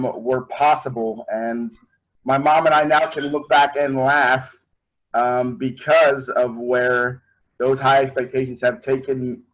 but were possible and my mom and i now to look back and laugh because of where those high expectations have taken,